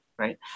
right